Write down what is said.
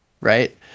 Right